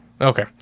Okay